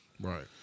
Right